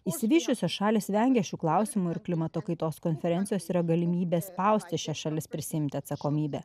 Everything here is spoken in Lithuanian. išsivysčiusios šalys vengia šių klausimų ir klimato kaitos konferencijos yra galimybė spausti šias šalis prisiimti atsakomybę